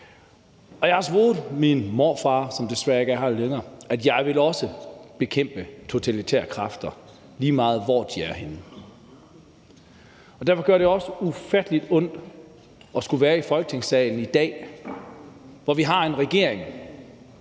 svoret over for min morfar, som desværre ikke er her længere, at jeg også vil bekæmpe totalitære kræfter, lige meget hvor de er henne, og derfor gør det også ufattelig ondt at skulle være i Folketingssalen i dag, hvor vi har en regering,